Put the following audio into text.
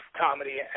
comedy